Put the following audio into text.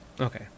Okay